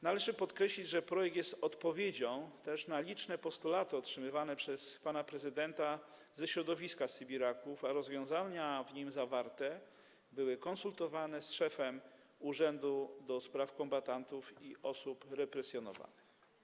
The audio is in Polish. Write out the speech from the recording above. Należy podkreślić, że projekt jest odpowiedzią na liczne postulaty otrzymywane przez pana prezydenta ze środowiska sybiraków, a rozwiązania w nim zawarte były konsultowane z szefem Urzędu do Spraw Kombatantów i Osób Represjonowanych.